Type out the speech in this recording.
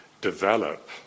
develop